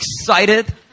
excited